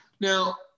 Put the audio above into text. Now